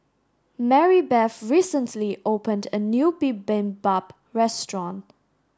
Marybeth recently opened a new Bibimbap restaurant